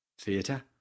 Theatre